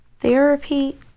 Therapy